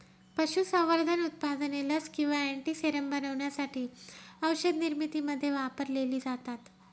पशुसंवर्धन उत्पादने लस किंवा अँटीसेरम बनवण्यासाठी औषधनिर्मितीमध्ये वापरलेली जातात